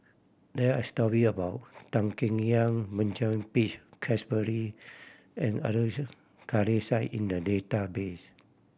there are a story about Tan Keng Yam Benjamin Peach Keasberry and Abdul Kadir Syed in the database